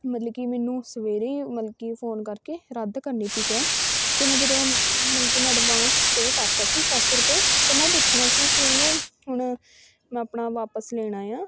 ਮਤਲਬ ਕਿ ਮੈਨੂੰ ਸਵੇਰੇ ਮਲ ਕਿ ਫੋਨ ਕਰਕੇ ਰੱਦ ਕਰਨੀ ਪਈ ਕੈਬ ਅਤੇ ਮੈਂ ਜਦੋਂ ਮਲ ਕਿ ਮੈਂ ਐਡਵਾਂਸ ਪੇ ਕਰਤਾ ਸੀ ਸੱਤ ਸੌ ਰੁਪਏ ਤਾਂ ਮੈਂ ਉਹ ਪੁੱਛਣਾ ਸੀ ਕਿ ਉਹਨੂੰ ਹੁਣ ਮੈਂ ਆਪਣਾ ਵਾਪਸ ਲੈਣਾ ਆ